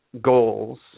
goals